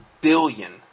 billion